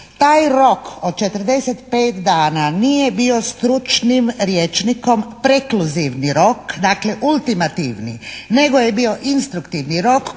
Taj rok od 45 dana nije bio stručnim rječnikom prekluzivni rok dakle ultimativni, nego je bio instruktivni rok